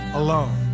alone